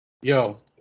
Yo